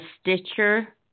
Stitcher